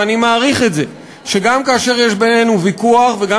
ואני מעריך את זה שגם כאשר יש בינינו ויכוח וגם